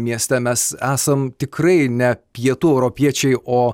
mieste mes esam tikrai ne pietų europiečiai o